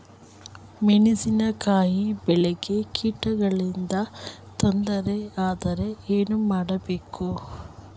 ಮೆಣಸಿನಕಾಯಿ ಬೆಳೆಗೆ ಕೀಟಗಳಿಂದ ತೊಂದರೆ ಯಾದರೆ ಏನು ಮಾಡಬೇಕು?